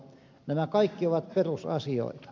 nämä kaikki ovat perusasioita